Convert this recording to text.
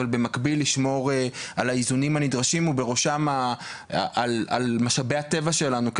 אבל במקביל לשמור על האיזונים הנדרשים ובראשם על משאבי הטבע שלנו,